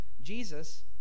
Jesus